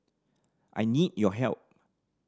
I need your help